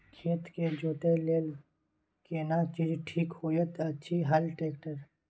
खेत के जोतय लेल केना चीज ठीक होयत अछि, हल, ट्रैक्टर?